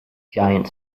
giant